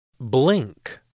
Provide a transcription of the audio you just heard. Blink